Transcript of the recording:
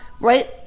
right